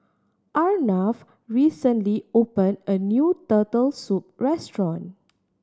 Arnav recently opened a new Turtle Soup restaurant